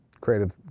creative